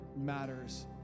matters